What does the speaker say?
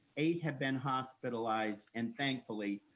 eight have been hospitalized and thankfully,